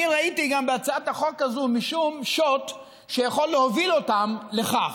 אני ראיתי גם בהצעת החוק הזו משום שוט שיכול להוביל אותם לכך.